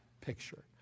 picture